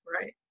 Right